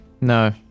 No